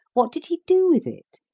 what did he do with it?